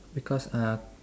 because uh